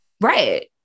Right